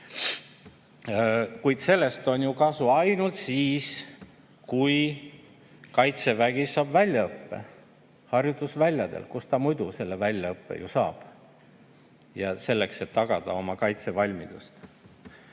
Kuid sellest on kasu ainult siis, kui Kaitsevägi saab väljaõppe harjutusväljadel. Kus ta muidu selle väljaõppe saab, selleks, et tagada oma kaitsevalmidust?